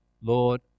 lord